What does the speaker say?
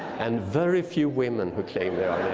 and very few women who claim they are